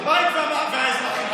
הבית והאזרחים.